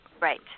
Right